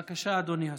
בבקשה, אדוני השר.